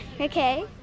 Okay